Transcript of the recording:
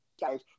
guys